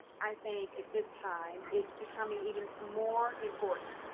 i think at this time, is becoming even more important.